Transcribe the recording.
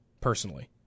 personally